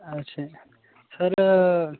ਅੱਛਾ ਜੀ ਸਰ